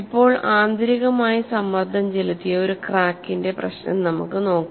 ഇപ്പോൾ ആന്തരികമായി സമ്മർദ്ദം ചെലുത്തിയ ഒരു ക്രാക്കിന്റെ പ്രശ്നം നമുക്ക് നോക്കാം